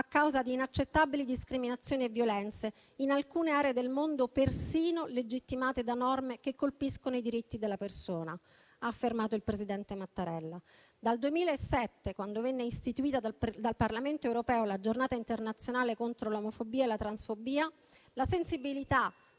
e causa di inaccettabili discriminazioni e violenze, in alcune aree del mondo persino legittimate da norme che calpestano i diritti della persona», ha affermato il presidente Mattarella. Dal 2007 quando venne istituita dal Parlamento europeo la Giornata internazionale contro l'omofobia e la transfobia, la sensibilità